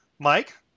Mike